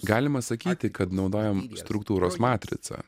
galima sakyti kad naudojam struktūros matricą